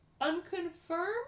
Unconfirmed